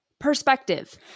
Perspective